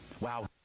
Wow